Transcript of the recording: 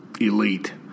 Elite